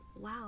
Wow